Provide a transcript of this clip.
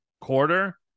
quarter